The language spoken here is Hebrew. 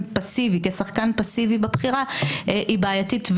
זה באמת מרשים.